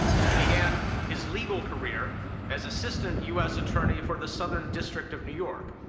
he began his legal career as assistant us attorney for the southern district of new york,